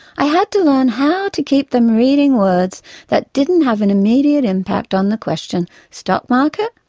i had to learn how to keep them reading words that didn't have an immediate impact on the question stockmarket,